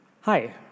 Hi